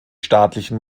staatlichen